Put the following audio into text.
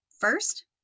first